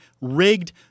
Rigged